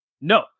No